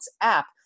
app